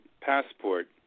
passport